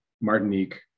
Martinique